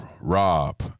Rob